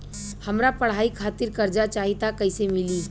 हमरा पढ़ाई खातिर कर्जा चाही त कैसे मिली?